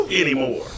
anymore